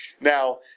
Now